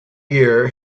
year